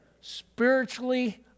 spiritually